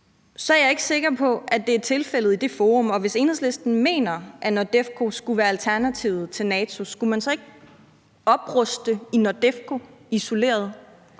er jeg ikke sikker på, at det i det forum er tilfældet, og hvis Enhedslisten mener, at NORDEFCO skulle være alternativet til NATO, skulle man så ikke opruste i NORDEFCO isoleret?